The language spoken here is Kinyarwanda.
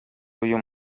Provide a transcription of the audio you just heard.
uyu